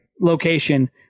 location